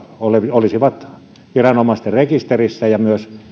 olisivat viranomaisten rekisterissä ja myös